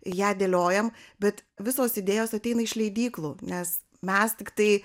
ją dėliojam bet visos idėjos ateina iš leidyklų nes mes tiktai